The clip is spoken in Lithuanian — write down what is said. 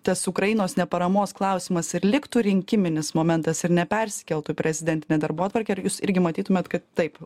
tas ukrainos ne paramos klausimas ir liktų rinkiminis momentas ir nepersikeltų į prezidentinę darbotvarkę ar jūs irgi matytumėt kad taip